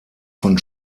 von